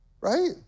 right